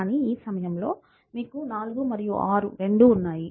కానీ ఈ సమయంలో మీకు 4 మరియు 6 రెండూ ఉన్నాయి